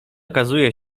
okazuje